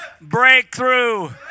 Breakthrough